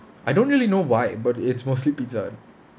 I don't really know why but it's mostly Pizza Hut